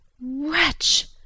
Wretch